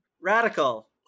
Radical